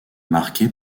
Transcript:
marquée